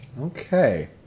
Okay